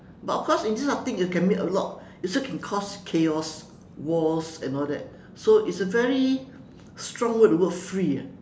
but of course in this sort of things it can mean a lot it also can cause chaos wars and all that so it's a very strong word the word free ah